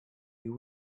you